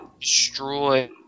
destroy